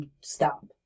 stop